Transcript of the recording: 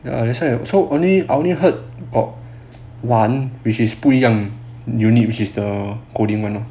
ya that's why so I only only heard of one which is 不一样 unit which is the coding [one] lor